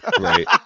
Right